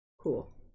Cool